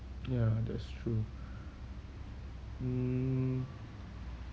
ya that's true mm